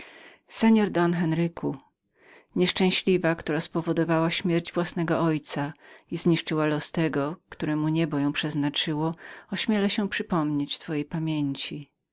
list następującej treści nieszczęśliwa która spowodowała śmierć własnego ojca i zniszczyła los tego któremu niebo ją przeznaczyło ośmiela się przypomnieć twojej